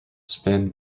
spin